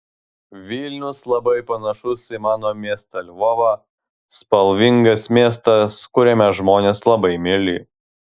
vilnius labai panašus į mano miestą lvovą spalvingas miestas kuriame žmonės labai mieli